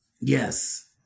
Yes